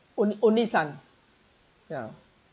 onl~ only son ya